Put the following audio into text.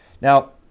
Now